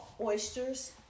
oysters